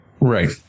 Right